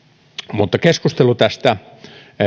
mutta keskustelu tästä